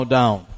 down